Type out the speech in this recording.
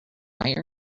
liar